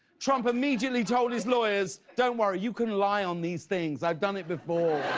trump immediately told his lawyers don't worry, you can lie on these things. i've done it before.